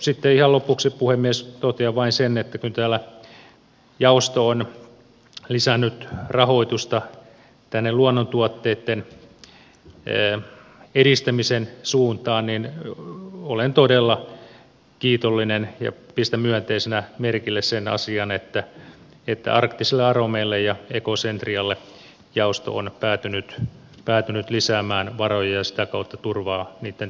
sitten ihan lopuksi puhemies totean vain sen että kun täällä jaosto on lisännyt rahoitusta tänne luonnontuotteitten edistämisen suuntaan niin olen todella kiitollinen ja pistän myönteisenä merkille sen asian että arktisille aromeille ja ekocentrialle jaosto on päätynyt lisäämään varoja ja sitä kautta turvaa niitten tärkeän toiminnan